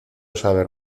saber